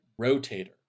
Rotator